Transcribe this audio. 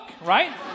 right